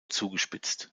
zugespitzt